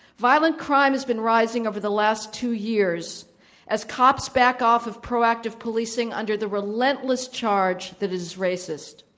violent crime has been rising over the last two years as cops back off of proactive policing under the relentless charge that it is racist.